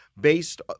based